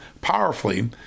powerfully